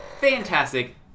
fantastic